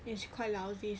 it's quite lousy